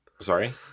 Sorry